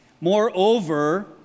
Moreover